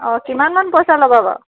অঁ কিমানমান পইচা ল'ব বাৰু